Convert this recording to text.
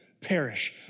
perish